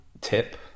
tip